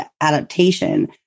adaptation